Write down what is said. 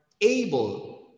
able